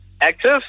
active